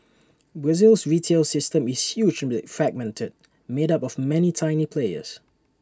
Brazil's retail system is hugely fragmented made up of many tiny players